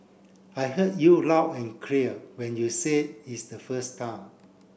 I heard you loud and clear when you said it's the first time